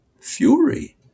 fury